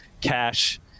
cash